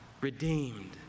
redeemed